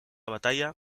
batalla